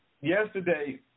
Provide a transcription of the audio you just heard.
Yesterday